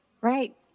right